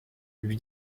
lui